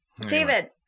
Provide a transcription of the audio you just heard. david